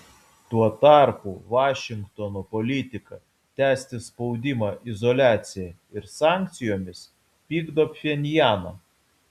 tuo tarpu vašingtono politika tęsti spaudimą izoliacija ir sankcijomis pykdo pchenjaną